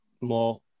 more